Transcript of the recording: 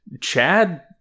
Chad